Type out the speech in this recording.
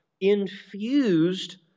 infused